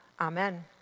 Amen